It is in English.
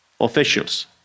officials